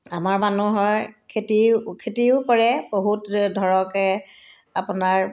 আমাৰ মানুহৰ খেতিও খেতিও কৰে বহুত ধৰক এ আপোনাৰ